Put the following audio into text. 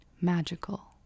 magical